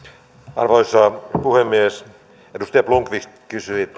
arvoisa puhemies edustaja blomqvist kysyi